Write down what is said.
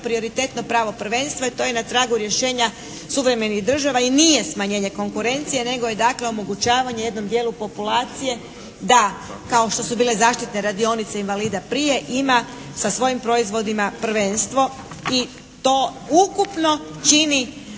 prioritetno pravo prvenstva i to je na tragu rješenja suvremenih država i nije smanjenje konkurencije nego je dakle omogućavanje jednom dijelu populacije da kao što su bile zaštitne radionice invalida prije, ima sa svojim proizvodima prvenstvo i to ukupno čini